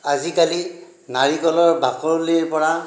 আজি কালি নাৰিকলৰ বাকলিৰ পৰা